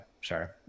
sure